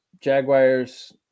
Jaguars